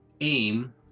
aim